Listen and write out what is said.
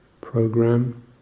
Program